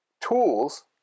tools